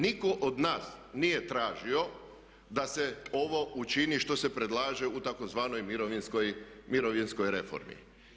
Nitko od nas nije tražio da se ovo učini što se predlaže u tzv. mirovinskoj reformi.